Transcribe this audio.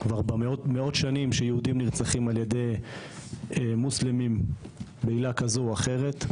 כבר מאות שנים שיהודים נרצחים על ידי מוסלמים בעילה כזאת או אחרת.